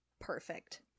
Perfect